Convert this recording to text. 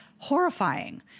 horrifying